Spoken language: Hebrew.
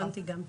קטונתי גם.